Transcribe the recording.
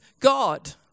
God